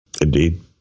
Indeed